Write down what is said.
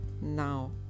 Now